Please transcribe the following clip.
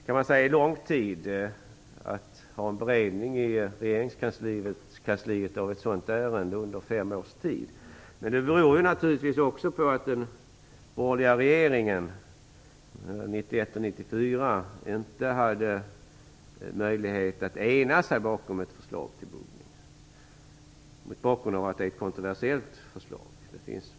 Man kan säga att det är lång tid att ha en beredning i regeringskansliet av ett sådant ärende i fem år, men det beror också på att den borgerliga regeringen 1991-1994 inte hade möjlighet att ena sig bakom ett förslag om buggning, mot bakgrund av att det är ett kontroversiellt förslag.